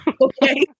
Okay